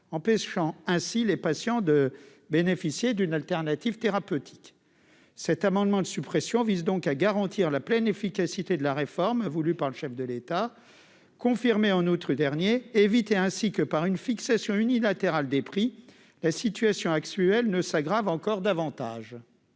empêcherait les patients de bénéficier d'une autre solution thérapeutique. Cet amendement de suppression vise donc à garantir la pleine efficacité de la réforme voulue par le chef de l'État, confirmée au mois d'août dernier, et à éviter ainsi que, par une fixation unilatérale des prix, la situation actuelle ne s'aggrave. L'amendement